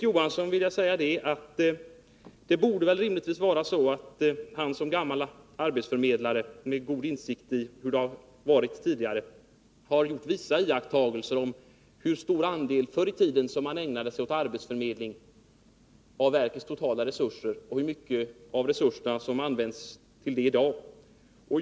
Jag vill säga till Erik Johansson att han, som gammal arbetsförmedlare, med god insikt i hur det har varit tidigare, rimligtvis borde ha gjort vissa iakttagelser när det gäller hur stor del av verkets totala resurser som förr i tiden ägnades åt arbetsförmedling och hur mycket av resurserna som i dag används till detta.